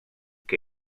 que